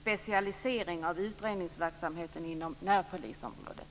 specialisering av utredningsverksamheten inom närpolisområdet.